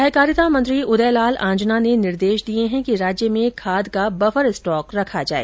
सहकारिता मंत्री उदय लाल आंजना ने निर्देश दिए हैं कि राज्य में खाद का बफर स्टॉक रखा जाए